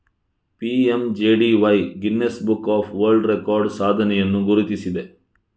PMJDY Guinness book of world records ಸಾಧನೆಯನ್ನು ಗುರುತಿಸಿದೆ